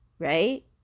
Right